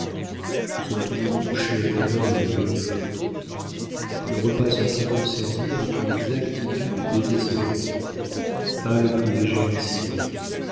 nous sommes toujours couchés à neuf heures et levés au jour nos repas sont toujours servis avec une exactitude désespérante pas le plus léger accident